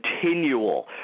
continual